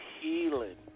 healing